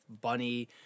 Bunny